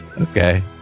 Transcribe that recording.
Okay